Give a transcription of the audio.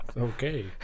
Okay